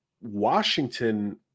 washington